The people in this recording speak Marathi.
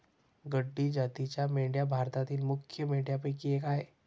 गड्डी जातीच्या मेंढ्या भारतातील मुख्य मेंढ्यांपैकी एक आह